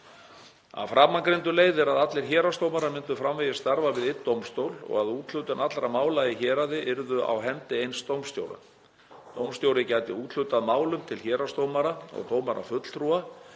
Af framangreindu leiðir að allir héraðsdómarar myndu framvegis starfa við einn dómstól og að úthlutun allra mála í héraði yrði á hendi eins dómstjóra. Dómstjóri gæti úthlutað málum til héraðsdómara og dómarafulltrúa